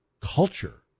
culture